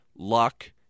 Luck